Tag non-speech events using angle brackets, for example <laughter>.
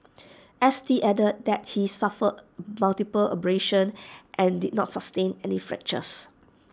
<noise> S T added that he suffered multiple abrasions and did not sustain any fractures